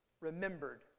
remembered